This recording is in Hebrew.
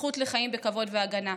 הזכות לחיים בכבוד והגנה.